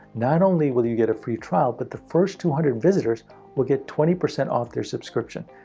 not only will you get a free trial, but the first two hundred visitors will get twenty percent off their subscription.